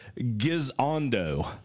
Gizondo